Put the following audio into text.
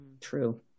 True